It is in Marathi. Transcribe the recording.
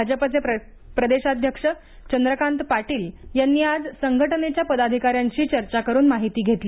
भाजपाचे प्रदेशाध्यक्ष चंद्रकांत पाटील यांनी आज संघटनेच्या पदाधिकाऱ्यांशी चर्चा करून माहिती घेतली